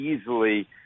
easily